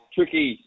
Tricky